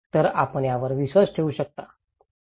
तर आपण यावर विश्वास ठेवू शकता